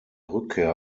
rückkehr